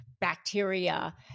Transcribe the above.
bacteria